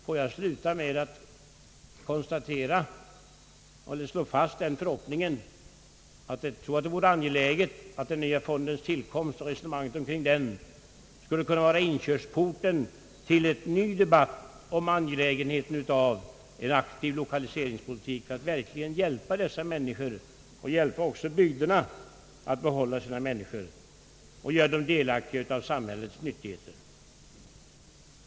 Låt mig sluta med att uttala den förhoppningen att — vilket jag tror är angeläget — den nya fondens tillkomst skall kunna bli inkörsporten till en ny debatt om vikten av en aktiv lokaliseringspolitik för att verkligen låta de berörda människorna och bygderna få del av de nyttigheter som tillhandahålls i samhället i övrigt.